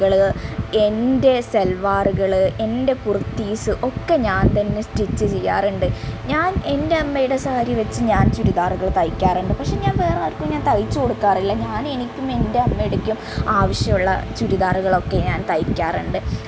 കള് എൻ്റെ സൽവാറ്കള് എൻ്റെ കുർത്തീസ്സ് ഒക്കെ ഞാൻ തന്നെ സ്റ്റിച്ച് ചെയ്യാറ്ണ്ട് ഞാൻ എന്റെ അമ്മയുടെ സാരി വെച്ച് ഞാൻ ചുരിദാറ്കള് തയ്ക്കാറുണ്ട് പക്ഷേ ഞാൻ വേറെ ആർക്കും ഞാൻ തൈച്ച് കൊടുക്കാറില്ല ഞാനെനിക്കും എൻ്റെ അമ്മയ്ക്കും ആവശ്യമുള്ള ചുരിദാറുകളൊക്കെ ഞാൻ തയ്ക്കാറുണ്ട്